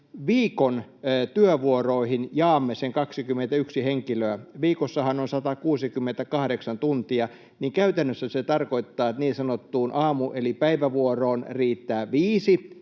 viikon työvuoroihin jaamme sen 21 henkilöä, viikossahan on 168 tuntia, niin käytännössä se tarkoittaa, että niin sanottuun aamu- eli päivävuoroon riittää viisi